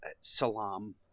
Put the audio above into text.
Salam